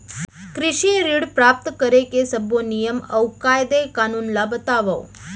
कृषि ऋण प्राप्त करेके सब्बो नियम अऊ कायदे कानून ला बतावव?